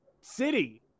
city